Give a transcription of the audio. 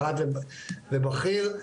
ארד ובכיר,